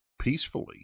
peacefully